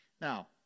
Now